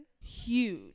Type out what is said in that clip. Huge